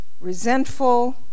resentful